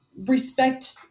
Respect